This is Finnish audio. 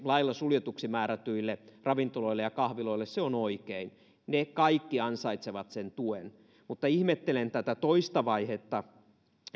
lailla suljetuksi määrätyille ravintoloille ja kahviloille se on oikein ne kaikki ansaitsevat sen tuen mutta ihmettelen tätä toista vaihetta